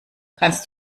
kannst